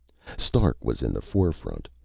stark was in the forefront.